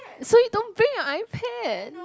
so you don't bring your iPad